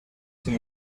sin